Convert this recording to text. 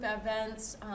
events